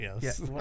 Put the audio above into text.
yes